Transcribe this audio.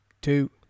two